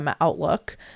outlook